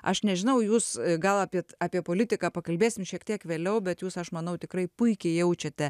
aš nežinau jūs gal apie t apie politiką pakalbėsim šiek tiek vėliau bet jūs aš manau tikrai puikiai jaučiate